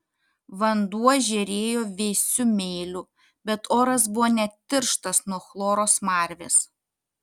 vanduo žėrėjo vėsiu mėliu bet oras buvo net tirštas nuo chloro smarvės